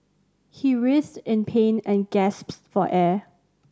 he writhed in pain and gasps for air